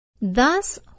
Thus